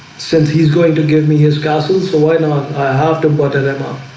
since he's going to give me his castle, so why not? i have to butter them up